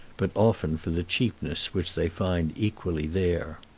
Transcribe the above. but often for the cheapness which they find equally there.